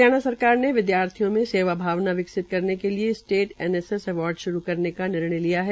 हरियाणा सरकार ने विदयार्थियों में सेवा भावना विकसित करने के लिए स्टेट एनएसएस अवार्ड श्रू करने का निर्णय लिया है